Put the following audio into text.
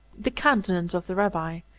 the countenance of the rabbi,